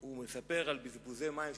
הוא מספר על בזבוזי מים,